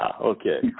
Okay